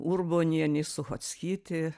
urbonienė suchockytė